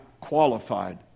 qualified